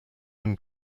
own